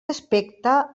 aspecte